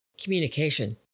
Communication